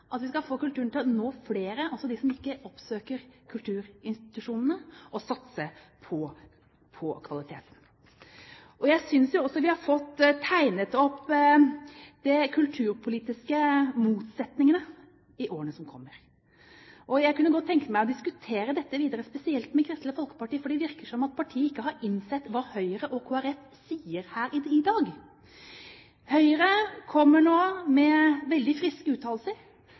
at vi skal få kulturen til å nå flere – også de som ikke oppsøker kulturinstitusjonene – og satse på kvalitet. Jeg synes også vi har fått tegnet opp de kulturpolitiske motsetningene i årene som kommer. Jeg kunne godt tenke meg å diskutere dette videre, spesielt med Kristelig Folkeparti, for det virker som om partiet ikke har innsett hva Høyre og Fremskrittspartiet sier her i dag. Høyre kommer nå med veldig friske uttalelser